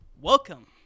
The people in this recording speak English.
Welcome